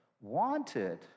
wanted